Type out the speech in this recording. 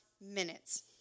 minutes